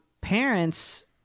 parents